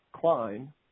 Klein